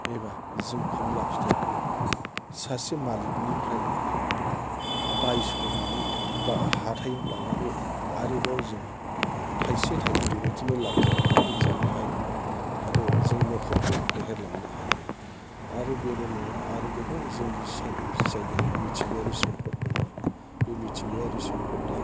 एबा जों खमला फिथाइखौ सासे मालिकनिफ्राय बायस'नानै हाथायाव लांनानै आरोबाव जों थाइसे थाइनै बेबायदिनो लाब खालामनानै जानो हायो आरो बेजों न'खरखौ फेहेरलांनो हायो आरो बेल' नङा आरो गोबां जोंनि थाखाय जायगायाव मिथिंगायारि सम्पद दङ बे मिथिंगायारि सम्पदा